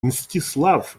мстислав